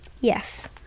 Yes